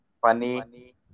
funny